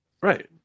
Right